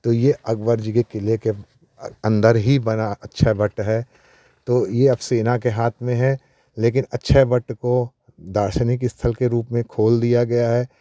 तो यह अकबर जी के किले के अंदर ही बना अक्षय वट है तो अब यह सेना के हाथ में है लेकिन अक्षय वट को दार्शनिक स्थल के रूप में खोल दिया गया है